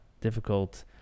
difficult